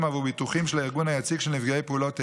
בעבור ביטוחים של הארגון היציג של נפגעי פעולות איבה,